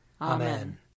Amen